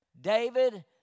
David